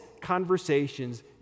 conversations